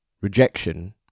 Rejection